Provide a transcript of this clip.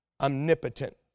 omnipotent